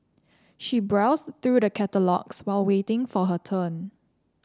she browsed through the catalogues while waiting for her turn